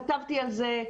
כתבתי על זה,